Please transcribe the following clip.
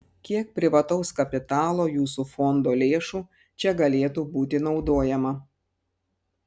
kiek privataus kapitalo jūsų fondo lėšų čia galėtų būti naudojama